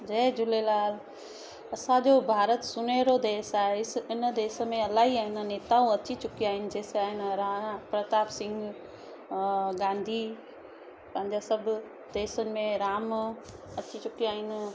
जय झूलेलाल असांजो भारत सुनहरो देश आहे इन देश में इलाही आहे न नेताऊं अची चुकिया आहिनि जंहिंसां आहे न नारायणा प्रताप सिंह अ गांधी पंहिंजा सभु देश में राम अची चुकिया आहिनि